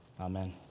Amen